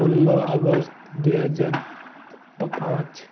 ষোল্ল আগষ্ট দুই হেজাৰ প পাঁচ